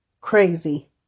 crazy